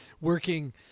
working